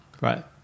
right